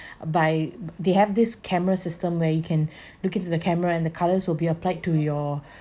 by they have this camera system where you can look at to the camera and the colors will be applied to your